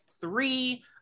three